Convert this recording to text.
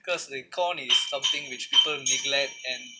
because the corn is something which people neglect and